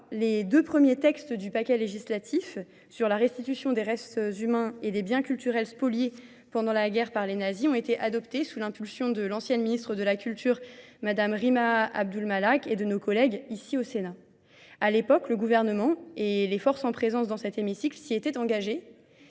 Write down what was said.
les deux premiers textes du paquet législatif sur la restitution des restes humains et des biens culturels spoliés pendant la guerre par les nazis ont été adoptés sous l'impulsion de l'ancienne ministre de la Culture, Madame Rima Abdulmalak, et de nos collègues ici au Sénat. À l'époque, le gouvernement et les forces en présence dans cet hémicycle s'y étaient engagées.